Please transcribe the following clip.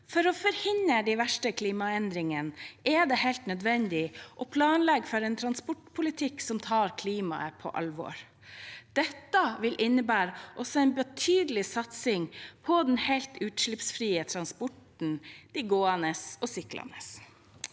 For å forhindre de verste klimaendringene er det helt nødvendig å planlegge for en transportpolitikk som tar klimaet på alvor. Det vil innebære også en betydelig satsing på den helt utslippsfrie transporten, de gående og de syklende.